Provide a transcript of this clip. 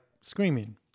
screaming